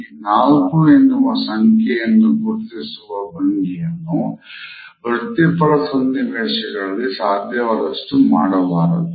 ಈ ೪ ಎನ್ನುವ ಸಂಖ್ಯೆ ಇಂದ ಗುರುತಿಸಿರುವ ಭಂಗಿಯನ್ನು ವೃತ್ತಿಪರ ಸನ್ನಿವೇಶಗಳಲ್ಲಿ ಸಾಧ್ಯವಾದಷ್ಟು ಮಾಡಬಾರದು